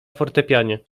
fortepianie